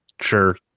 sure